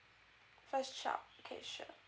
first child okay sure